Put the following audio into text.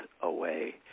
away